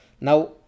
Now